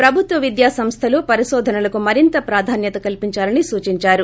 ప్రభుత్వ విద్యా సంస్లలు పరిశోధనలకు మరింత ప్రాధాన్యత కల్పిందాలని సూచించారు